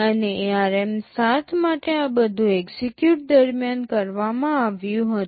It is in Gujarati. અને ARM7 માટે આ બધું એક્ઝેક્યુટ દરમિયાન કરવામાં આવ્યું હતું